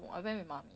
I went with my